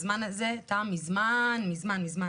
הזמן הזה תם מזמן מזמן.